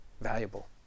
valuable